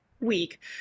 week